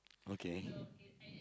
okay